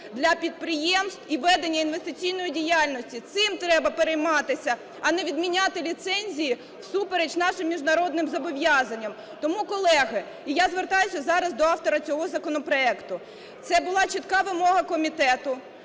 для підприємств і ведення інвестиційної діяльності. Цим треба перейматися, а не відміняти ліцензії всупереч нашим міжнародним зобов’язанням. Тому, колеги, і я звертаюся зараз до автора цього законопроекту. Це була чітка вимога комітету,